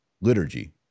liturgy